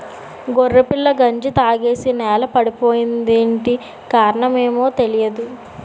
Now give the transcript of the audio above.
గొర్రెపిల్ల గంజి తాగేసి నేలపడిపోయింది యేటి కారణమో తెలీదు